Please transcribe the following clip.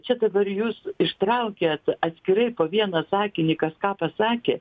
čia dabar jūs ištraukėt atskirai po vieną sakinį kas ką pasakė